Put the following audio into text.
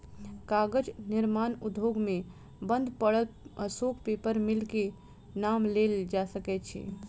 कागज निर्माण उद्योग मे बंद पड़ल अशोक पेपर मिल के नाम लेल जा सकैत अछि